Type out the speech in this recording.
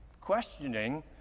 questioning